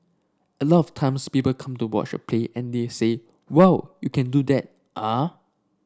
a lot of times people come to watch a play and they say whoa you can do that ah